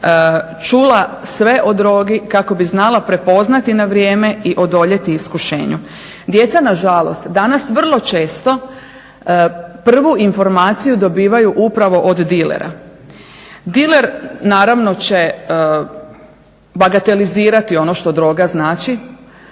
čula sve o drogi, kako bi znala prepoznati na vrijeme i odoljeti iskušenju. Djeca nažalost danas vrlo često prvu informaciju dobivaju upravo od dilera, diler naravno će bagatelizirati ono što droga znači,